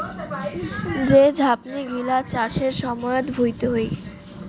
যে ঝাপনি গিলা চাষের সময়ত ভুঁইতে হই